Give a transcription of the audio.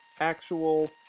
actual